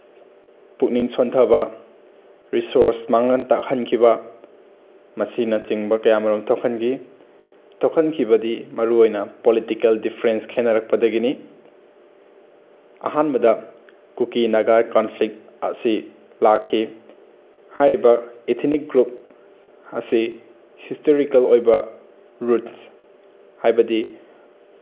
ꯄꯨꯛꯅꯤꯡ ꯁꯣꯟꯊꯕ ꯔꯤꯁꯣꯔꯁ ꯃꯥꯡꯍꯟ ꯇꯥꯛꯍꯟꯈꯤꯕ ꯃꯁꯤꯅꯆꯤꯡꯕ ꯀꯌꯥ ꯑꯃꯔꯣꯝ ꯊꯣꯛꯍꯟꯈꯤ ꯊꯣꯛꯍꯟꯈꯤꯕꯗꯤ ꯃꯔꯨꯑꯣꯏꯅ ꯄꯣꯂꯤꯇꯤꯀꯦꯜ ꯗꯤꯐ꯭ꯔꯦꯟꯁ ꯈꯦꯠꯅꯔꯛꯄꯗꯒꯤꯅꯤ ꯑꯍꯥꯟꯕꯗ ꯀꯨꯀꯤ ꯅꯒꯥ ꯀꯣꯟꯐ꯭ꯂꯤꯛ ꯑꯁꯤ ꯂꯥꯛꯈꯤ ꯍꯥꯏꯔꯤꯕ ꯏꯊꯤꯅꯤꯛ ꯒ꯭ꯔꯨꯞ ꯑꯁꯤ ꯍꯤꯁꯇꯣꯔꯤꯀꯦꯜ ꯑꯣꯏꯕ ꯔꯨꯠꯁ ꯍꯥꯏꯕꯗꯤ